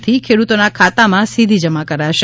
થી ખેડૂતોના ખાતામાં સીધી જમા કરાશે